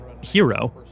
hero